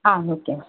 ah okay ma'am